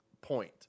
point